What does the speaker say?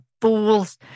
fools